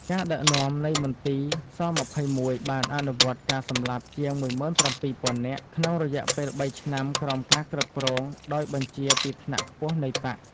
ការដឹកនាំនៃមន្ទីរស-២១បានអនុវត្តការសម្លាប់ជាង ១៧,០០០ នាក់ ក្នុងរយៈពេលបីឆ្នាំក្រោមការគ្រប់គ្រងដោយបញ្ជាពីថ្នាក់ខ្ពស់នៃបក្ស។